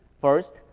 First